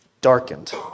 darkened